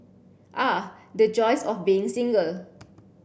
ah the joys of being single